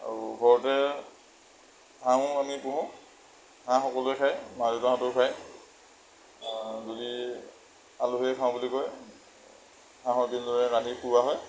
আৰু ঘৰতে হাঁহো আমি পুহোঁ হাঁহ সকলোৱে খায় মা দেউতাহঁতেও খায় যদি আলহীয়ে খাওঁ বুলি কয় হাঁহো তেনেদৰে ৰান্ধি খুওৱা হয়